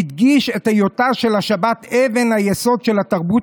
הדגיש את היותה של השבת אבן היסוד של התרבות